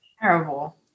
terrible